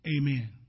Amen